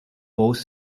both